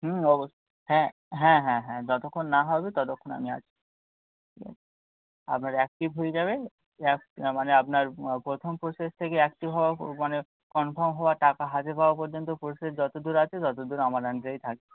হুম অবশ্যই হ্যাঁ হ্যাঁ হ্যাঁ হ্যাঁ যতক্ষণ না হবে ততক্ষণ আমি আছি আপনার অ্যাক্টিভ হয়ে যাবে এক মানে আপনার প্রথম প্রসেস থেকে অ্যাক্টিভ হওয়া মানে কনফার্ম হওয়া টাকা হাতে পাওয়া পর্যন্ত প্রসেস যতদূর আছে ততদূর আমার আন্ডারেই থাকবে